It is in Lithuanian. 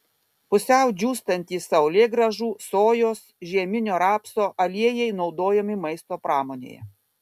pusiau džiūstantys saulėgrąžų sojos žieminio rapso aliejai naudojami maisto pramonėje